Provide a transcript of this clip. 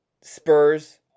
Spurs